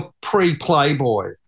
pre-Playboy